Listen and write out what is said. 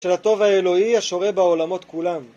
של הטוב האלוהי השורה בעולמות כולם